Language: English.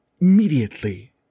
immediately